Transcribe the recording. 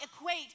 equate